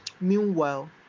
meanwhile